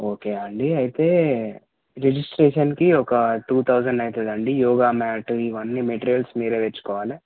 okay అండి అయితే రిజిస్ట్రేషన్కి ఒక టూ థౌజండ్ అవుతుందండి యోగా మ్యాట్ ఇవన్నీ మెటీరియల్స్ మీరే తెచ్చుకోవాలి